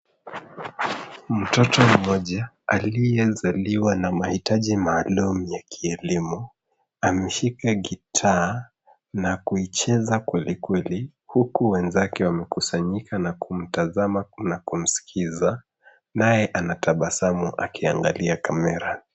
Mtoto mmoja aliyezaliwa na mahitaji maalum ya kielimu, ameshika gitaa na kuicheza kwelikweli, huku wenzake wamekusanyika na kumtazama na kumskiza, naye anatabasamu akiangalia kamera.